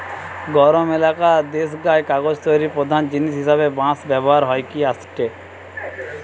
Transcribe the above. গরম এলাকার দেশগায় কাগজ তৈরির প্রধান জিনিস হিসাবে বাঁশ ব্যবহার হইকি আসেটে